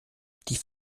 die